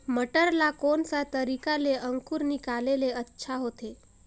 मटर ला कोन सा तरीका ले अंकुर निकाले ले अच्छा होथे?